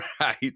right